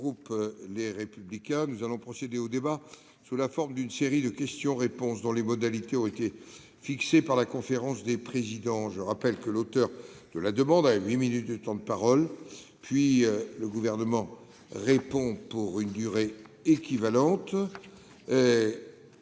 européenne. Nous allons procéder au débat sous la forme d'une série de questions-réponses dont les modalités ont été fixées par la conférence des présidents. Je rappelle que l'auteur de la demande dispose d'un temps de parole de huit minutes, puis le Gouvernement répond pour une durée équivalente.